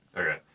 Okay